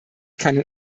keinen